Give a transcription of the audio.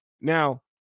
Now